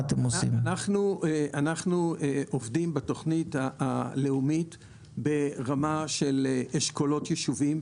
אנחנו עובדים בתוכנית הלאומית ברמה של אשכולות יישובים,